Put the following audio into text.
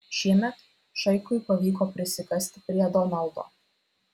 šiemet šaikui pavyko prisikasti prie donaldo